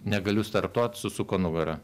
negaliu startuot susuko nugarą